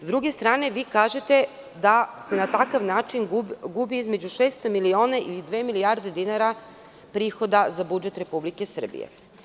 S druge strane, vi kažete da na takav način gubi između 600 miliona i dve milijarde dinara prihoda za budžet Republike Srbije.